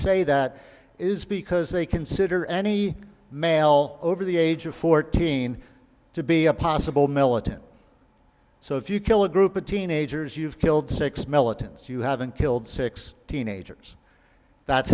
say that is because they consider any male over the age of fourteen to be a possible militant so if you kill a group of teenagers you've killed six militants you haven't killed six teenagers that's